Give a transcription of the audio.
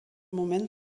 moment